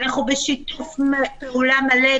אנחנו בשיתוף פעולה מלא.